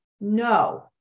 No